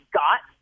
got